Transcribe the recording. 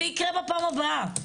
זה יקרה בפעם הבאה.